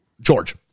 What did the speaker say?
George